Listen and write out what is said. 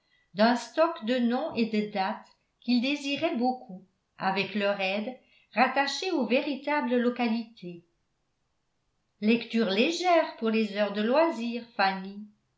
d'un stock de noms et de dates qu'il désirait beaucoup avec leur aide rattacher aux véritables localités lectures légères pour les heures de loisir